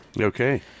Okay